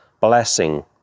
blessing